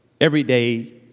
everyday